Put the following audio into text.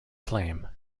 flame